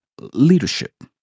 Leadership